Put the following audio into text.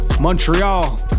Montreal